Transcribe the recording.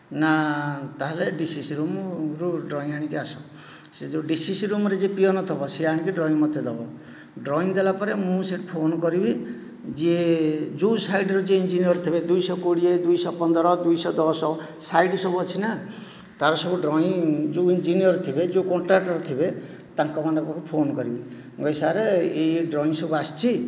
ନା ତା'ହେଲେ D C C ରୁମ୍ରୁ ଡ୍ରଇଂ ଆଣିକି ଆସ ସେ ଯେଉଁ ଡି ସି ସି ରୁମ୍ରେ ଯିଏ ପିଅନ ଥିବ ସିଏ ଆଣିକି ଡ୍ରଇଂ ମୋତେ ଦେବ ଡ୍ରଇଂ ଦେଲାପରେ ମୁଁ ସେଠୁ ଫୋନ୍ କରିବି ଯିଏ ଯେଉଁ ସାଇଟ୍ ଯିଏ ଇଞ୍ଜିନିୟର ଥିବ ଦୁଇଶହ କୋଡ଼ିଏ ଦୁଇଶହପନ୍ଦର ଦୁଇଶହ ଦଶ ସାଇଟ୍ ସବୁ ଅଛି ନା ତା'ର ସବୁ ଡ୍ରଇଂର ଯେଉଁ ଇଞ୍ଜିନିୟର ଥିବେ ଯେଉଁ କଣ୍ଟ୍ରାକ୍ଟର ଥିବେ ତାଙ୍କମାନଙ୍କୁ ଫୋନ୍ କରିବି ମୁଁ କହିବି ସାର୍ ଏହି ଏହି ଡ୍ରଇଂ ସବୁ ଆସିଛି